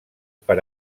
per